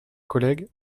collègues